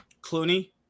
Clooney